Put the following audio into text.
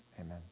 Amen